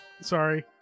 sorry